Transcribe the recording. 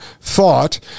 thought